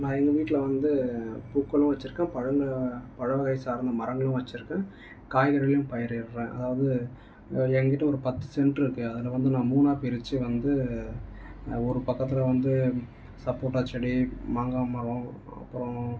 நான் எங்கள் வீட்டில் வந்து பூக்களும் வச்சுருக்கேன் பழங்களும் பழ வகை சார்ந்த மரங்களும் வச்சுருக்கேன் காய்கறிகளையும் பயிரிடுறேன் அதாவது என் கிட்டே ஒரு பத்து செண்ட்டு இருக்குது அதில் வந்து நான் மூணாக பிரித்து வந்து ஒரு பக்கத்தில் வந்து சப்போட்டா செடி மாங்காய் மரம் அப்புறம்